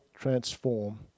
transform